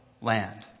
land